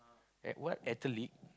at what athletic